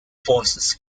forces